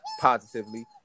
positively